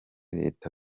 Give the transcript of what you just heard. reta